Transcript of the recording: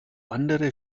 andere